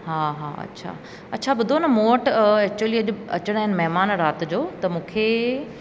हा हा अच्छा अच्छा ॿुधो न मूं वटि एक्चुली अचणा आहिनि महिमान राति जो त मूंखे